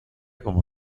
como